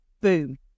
Boom